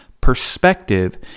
perspective